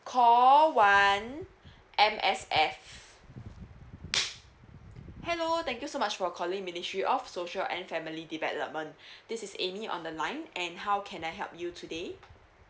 call one M_S_F hello thank you so much for calling ministry of social and family development this is amy on the line and how can I help you today